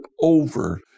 over